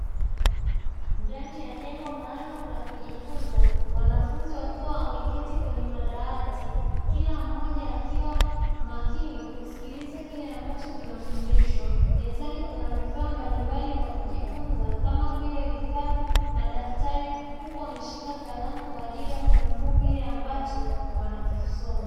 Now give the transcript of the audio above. Ndani ya jengo maalum la kujifunza, wanafunzi wakiwa wameketi kwenye madawati, kila mmoja akiwa makini kusikiliza kile ambacho kinafundishwa. Mezani kuna vifaa mbalimbali vya kujifunza kama vile vitabu, madaftari huku wameshika kalamu kwaajili ya kunukuu kile ambacho wanakisoma.